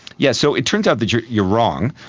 yeah so it turns out that you're you're wrong.